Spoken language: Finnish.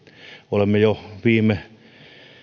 olemme jo viime